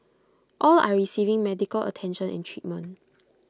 all are receiving medical attention and treatment